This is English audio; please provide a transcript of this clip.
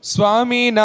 Swami